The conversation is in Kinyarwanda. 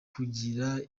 gukira